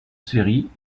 série